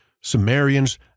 Sumerians